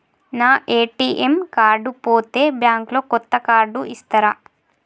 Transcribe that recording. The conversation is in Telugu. నా ఏ.టి.ఎమ్ కార్డు పోతే బ్యాంక్ లో కొత్త కార్డు ఇస్తరా?